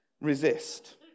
resist